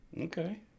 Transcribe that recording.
Okay